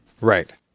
right